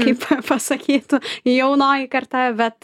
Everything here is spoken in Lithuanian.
kaip pasakytų jaunoji karta bet